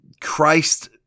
Christ